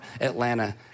Atlanta